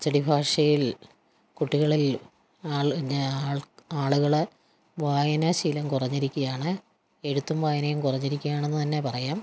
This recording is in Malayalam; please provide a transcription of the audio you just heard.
അച്ചടിഭാഷയിൽ കുട്ടികളിൽ ആളിനെ ആളുകളെ വായനാശീലം കുറഞ്ഞിരിക്കുകയാണ് എഴുത്തും വായനയും കുറഞ്ഞിരിക്കുകയാണെന്നു തന്നെ പറയാം